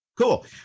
Cool